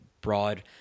broad